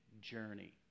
journey